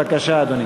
בבקשה, אדוני.